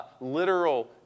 literal